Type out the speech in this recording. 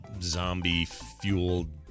zombie-fueled